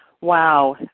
Wow